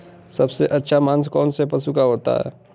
सबसे अच्छा मांस कौनसे पशु का होता है?